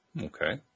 Okay